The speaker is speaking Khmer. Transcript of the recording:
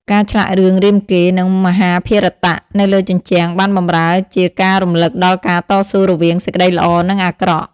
ការឆ្លាក់រឿងរាមកេរ្តិ៍ និងមហាភារតៈនៅលើជញ្ជាំងបានបម្រើជាការរំលឹកដល់ការតស៊ូរវាងសេចក្តីល្អ និងអាក្រក់។